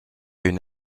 une